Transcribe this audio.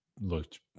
looked